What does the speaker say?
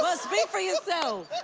ah speak for yourself.